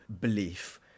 belief